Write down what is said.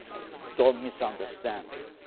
don't misunderstand him.